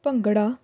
bhangra